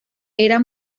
era